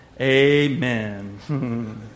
Amen